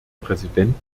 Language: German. präsident